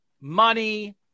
money